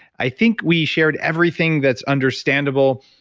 i think we shared everything that's understandable.